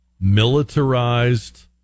militarized